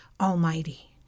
almighty